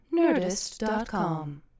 nerdist.com